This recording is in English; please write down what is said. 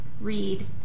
read